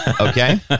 okay